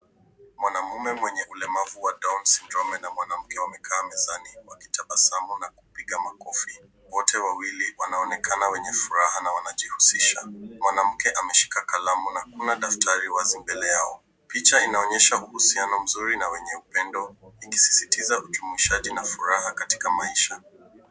Mwanaume mwenye ulemavu wa down syndrome na mwanamke wamekaa mezani wakitabasamu na kupiga makofi, wote wawili wanaonekana wenye furaha na wanajihusisha, mwanamke ameshika kalamu na kuna daftari wazi mbele yao. Picha inaonyesha uhusiano mzuri na wenye upendo ikisisitiza ujumuishaji na furaha katika maisha.